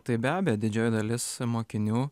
tai be abejo didžioji dalis mokinių